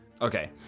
Okay